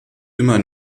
immer